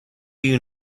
you